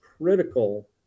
Critical